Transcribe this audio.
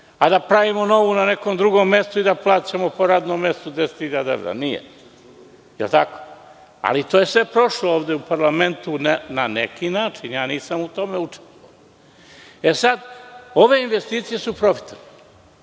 a da pravimo novu na nekom drugom mestu i da plaćamo po radnom mestu 10.000 evra? Nije. Da li je tako? Ali, to je sve prošlo ovde u parlamentu na neki način. Ja nisam u tome učestvovao. E, sad, ove investicije su profitabilne.